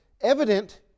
evident